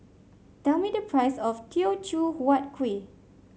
tell me the price of Teochew Huat Kueh